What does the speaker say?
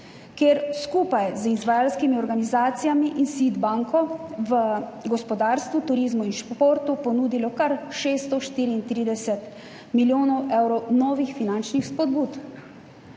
je skupaj z izvajalskimi organizacijami in SID banko gospodarstvu, turizmu in športu ponudilo kar 634 milijonov evrov novih finančnih spodbud.